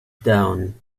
down